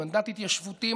מנדט התיישבותי,